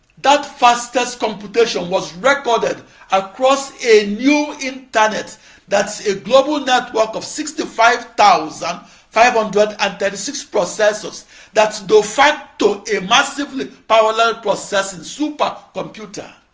that fastest computation was recorded across a new internet that's a global network of sixty-five thousand five hundred and thirty-six processors that's de facto a massively parallel processing supercomputer.